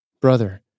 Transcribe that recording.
Brother